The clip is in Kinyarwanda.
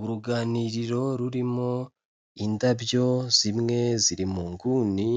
Uruganiriro rurimo indabyo zimwe ziri mu nguni